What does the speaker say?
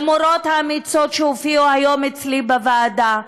למורות האמיצות שהופיעו היום אצלי בוועדה,